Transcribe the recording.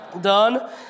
Done